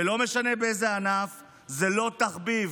ולא משנה באיזה ענף, זה לא תחביב